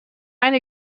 keine